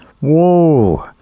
whoa